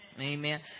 Amen